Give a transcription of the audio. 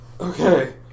Okay